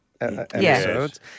episodes